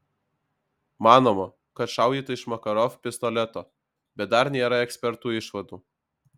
manoma kad šaudyta iš makarov pistoleto bet dar nėra ekspertų išvadų